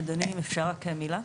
אדוני אם אפשר רק מילה.